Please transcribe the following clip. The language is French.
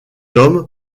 homme